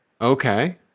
Okay